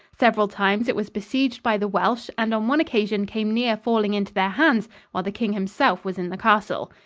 several times it was besieged by the welsh and on one occasion came near falling into their hands while the king himself was in the castle.